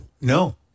No